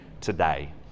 today